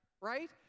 right